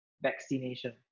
vaccination